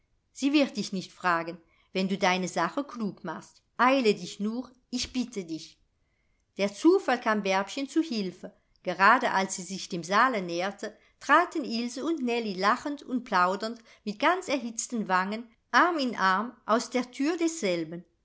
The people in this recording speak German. sie wird dich nicht fragen wenn du deine sache klug machst eile dich nur ich bitte dich der zufall kam bärbchen zu hilfe gerade als sie sich dem saale näherte traten ilse und nellie lachend und plaudernd mit ganz erhitzten wangen arm in arm aus der thür desselben